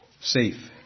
safe